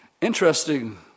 Interesting